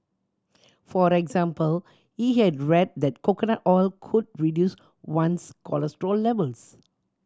for example he had read that coconut oil could reduce one's cholesterol levels